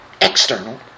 external